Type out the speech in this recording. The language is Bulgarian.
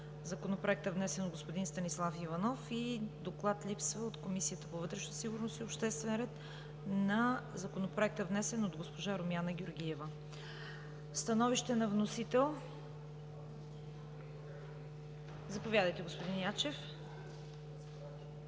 Законопроекта, внесен от господин Станислав Иванов. Доклад липсва и от Комисията по вътрешна сигурност и обществен ред на Законопроекта, внесен от госпожа Румяна Георгиева. Становище на вносител? Заповядайте, господин Ячев.